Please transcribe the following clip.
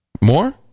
More